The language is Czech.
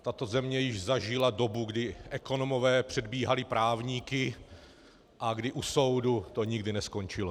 Tato země již zažila dobu, kdy ekonomové předbíhali právníky a kdy u soudu to nikdy neskončilo.